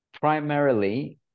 Primarily